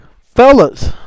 Fellas